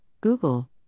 Google